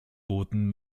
booten